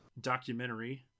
documentary